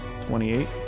28